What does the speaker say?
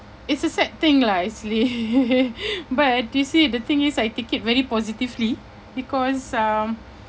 it's a sad thing lah actually but you see the thing is I take it very positively because um